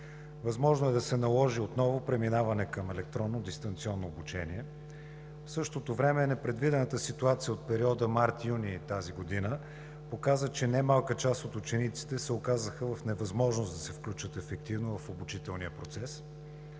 Възможно е да се наложи отново преминаване към електронно дистанционно обучение. В същото време непредвидената ситуация от периода март-юни тази година показа, че немалка част от учениците се оказаха в невъзможност да се включат ефективно в обучителния процес.